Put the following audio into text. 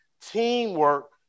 teamwork